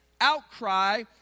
Outcry